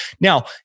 Now